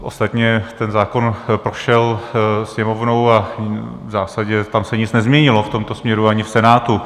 Ostatně ten zákon prošel Sněmovnou a v zásadě tam se nic nezměnilo v tomto směru ani v Senátu.